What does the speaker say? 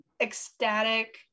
ecstatic